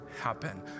happen